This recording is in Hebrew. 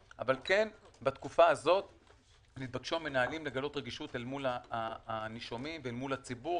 אבל בתקופה הזו נתבקשו המנהלים לגלות רגישות מול הנישומים ומול הציבור.